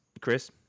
Chris